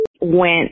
went